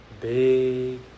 big